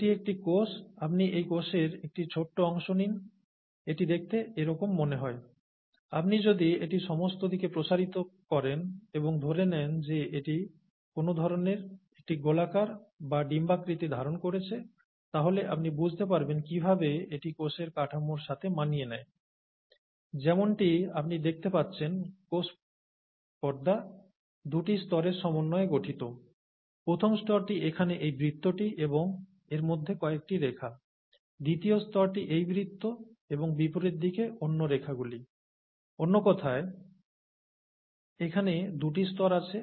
এটি একটি কোষ আপনি এই কোষের একটি ছোট্ট অংশ নিন এটি দেখতে এরকম মনে হয় আপনি যদি এটি সমস্ত দিকে প্রসারিত করেন এবং ধরে নেন যে এটি কোনও ধরণের একটি গোলাকার বা ডিম্বাকৃতি ধারণ করেছে তাহলে আপনি বুঝতে পারবেন কীভাবে এটি কোষের কাঠামোর সাথে মানিয়ে নেয় যেমনটি আপনি দেখতে পাচ্ছেন কোষ পর্দা দুটি স্তরের সমন্বয়ে গঠিত প্রথম স্তরটি এখানে এই বৃত্তটি এবং এর মধ্যে কয়েকটি রেখা দ্বিতীয় স্তরটি এই বৃত্ত এবং বিপরীত দিকে অন্য রেখাগুলি অন্য কথায় এখানে দুটি স্তর আছে